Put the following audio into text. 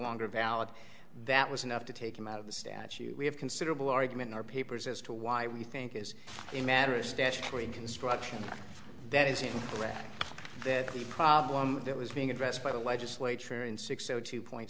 longer valid that was enough to take him out of the statute we have considerable argument in our papers as to why we think is a matter of statutory construction that is in the way the problem that was being addressed by the legislature in six zero two point